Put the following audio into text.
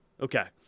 Okay